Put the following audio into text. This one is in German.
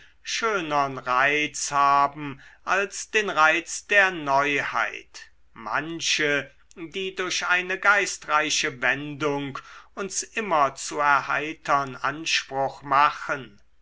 schönern reiz haben als den reiz der neuheit manche die durch eine geistreiche wendung uns immer zu erheitern anspruch machen